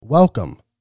Welcome